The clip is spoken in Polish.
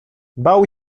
bał